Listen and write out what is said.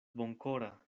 bonkora